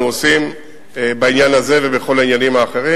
עושים בעניין הזה ובכל העניינים האחרים,